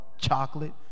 Chocolate